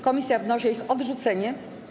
Komisja wnosi o ich odrzucenie.